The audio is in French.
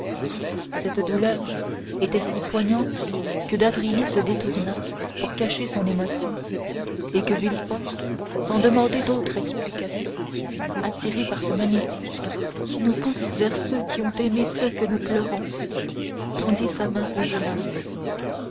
cette douleur était si poignante que d'avrigny se détourna pour cacher son émotion et que villefort sans demander d'autre explication attiré par ce magnétisme qui nous pousse vers ceux qui ont aimé ceux que nous pleurons tendit sa main au jeune homme